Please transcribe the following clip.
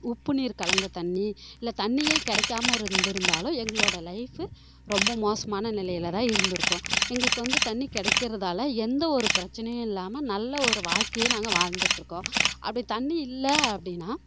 உப்பு நீர் கலந்த தண்ணீ இல்லை தண்ணீரே கிடைக்காம இருந்திருந்தாலும் எங்களோடய லைஃபு ரொம்ப மோசமான நிலையில் தான் இருந்திருக்கும் எங்களுக்கு வந்து தண்ணீர் கிடைக்கிறதால எந்த ஒரு பிரச்சினையும் இல்லாமல் நல்ல ஒரு வாழ்க்கையை நாங்கள் வாழ்ந்திட்ருக்கோம் அப்படி தண்ணீர் இல்லை அப்படின்னா